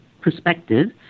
perspective